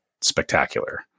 spectacular